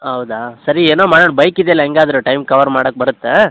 ಹೌದಾ ಸರಿ ಏನೋ ಮಾಡಣ ಬೈಕ್ ಇದೆಯಲ್ಲ ಹೇಗಾದ್ರು ಟೈಮ್ ಕವರ್ ಮಾಡಕೆ ಬರತ್ತೆ